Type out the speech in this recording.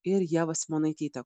ir ievą simonaitytę